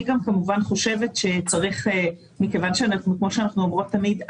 אני כמובן חושבת כמו שאנחנו אומרות תמיד,